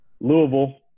Louisville –